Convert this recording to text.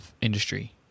industry